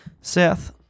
Seth